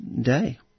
day